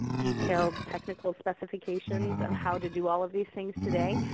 detailed, technical specifications of how to do all of these things today,